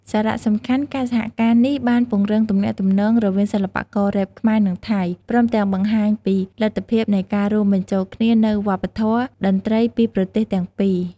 សារៈសំខាន់: ការសហការនេះបានពង្រឹងទំនាក់ទំនងរវាងសិល្បកររ៉េបខ្មែរ និងថៃ ព្រមទាំងបង្ហាញពីលទ្ធភាពនៃការរួមបញ្ចូលគ្នានូវវប្បធម៌តន្ត្រីពីប្រទេសទាំងពីរ។